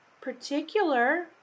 particular